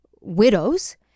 widows